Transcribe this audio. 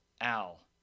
Al